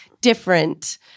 different